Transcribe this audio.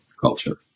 culture